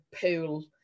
pool